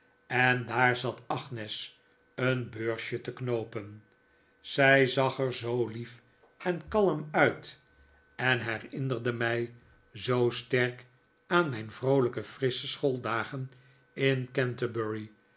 en daar zat agnes een beursje te knoopen zij zag er zoo lief en kalm uit en herinnerde mij zoo sterk aan mijn vroolijke frissche schooldagen in canterbury